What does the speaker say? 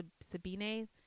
sabine